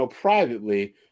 privately